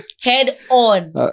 Head-on